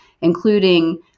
including